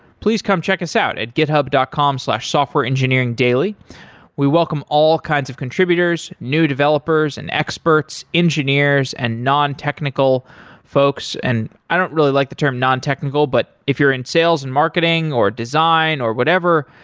please come check us out at github dot com slash softwareengineeringdaily. we welcome all kinds of contributors, new developers and experts, engineers and non-technical folks, and i don't really like the term non-technical, but if you're in sales and marketing or design or whatever,